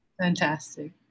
Fantastic